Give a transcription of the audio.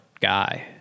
guy